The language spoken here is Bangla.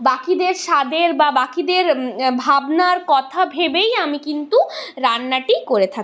বাকিদের স্বাদের বা বাকিদের ভাবনার কথা ভেবেই আমি কিন্তু রান্নাটি করে থাকি